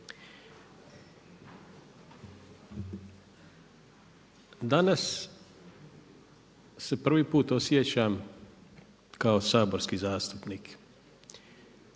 Danas se prvi put osjećam kao saborski zastupnik